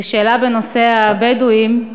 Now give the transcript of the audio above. ושאלה בנושא הבדואים,